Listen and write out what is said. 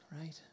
right